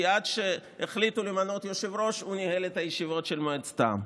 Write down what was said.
כי עד שהחליטו למנות יושב-ראש הוא ניהל את הישיבות של מועצת העם.